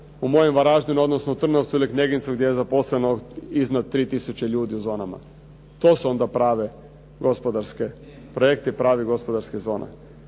u mojem Varaždinu, odnosno Trnovcu ili Knegincu gdje je zaposleno iznad 3 tisuće ljudi u zonama. To su onda prave gospodarski projekti, prave gospodarske zone.